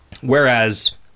whereas